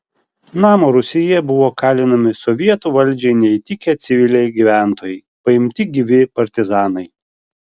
namo rūsyje buvo kalinami sovietų valdžiai neįtikę civiliai gyventojai paimti gyvi partizanai